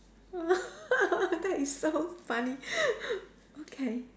that is so funny okay